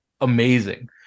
amazing